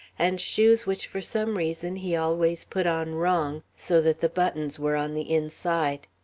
and shoes which for some reason he always put on wrong, so that the buttons were on the inside.